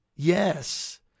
Yes